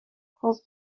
خوب